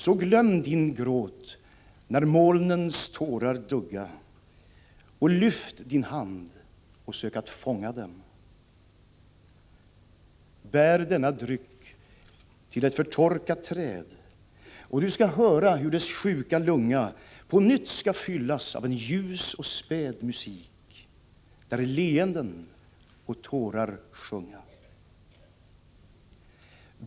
Så glöm din gråt, då molnens tårar dugga, och lyft din hand och sök att fånga dem. Bär denna dryck till ett förtorkat träd, och du skall höra, hur dess sjuka lunga på nytt skall fyllas av en ljus och späd musik, där leenden och tårar sjunga.